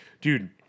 dude